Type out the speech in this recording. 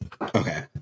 Okay